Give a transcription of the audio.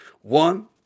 One